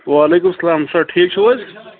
وعلیکُم السلام سَر ٹھیٖک چھُو حظ